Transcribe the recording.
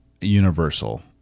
universal